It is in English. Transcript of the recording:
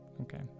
okay